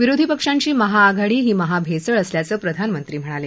विरोधी पक्षांची महाआघाडी ही महाभेसळ असल्याचं प्रधानमंत्री म्हणाले